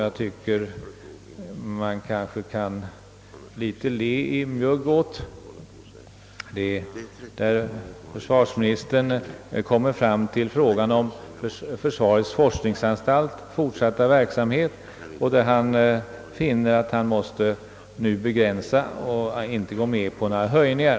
Jag tänker då på det stycke i statsverkspropositionen där försvarsministern talar om försvarets forskningsanstalts fortsatta verksamhet och finner, att han inte kan gå med på några höjningar.